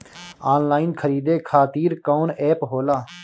Online खरीदे खातीर कौन एप होला?